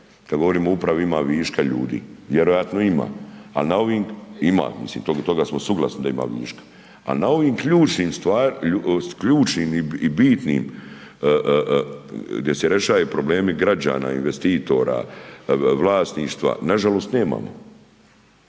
suglasni da ima viška, al na ovim ključnim i bitnim gdje se rešaje problemi građana, investitora, vlasništva nažalost nemamo.